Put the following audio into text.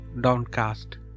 downcast